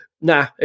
nah